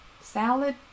salad